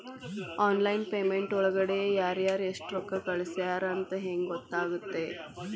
Online payment ಒಳಗಡೆ ಯಾರ್ಯಾರು ಎಷ್ಟು ರೊಕ್ಕ ಕಳಿಸ್ಯಾರ ಅಂತ ಹೆಂಗ್ ಗೊತ್ತಾಗುತ್ತೆ?